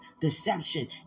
deception